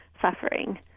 suffering